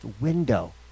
window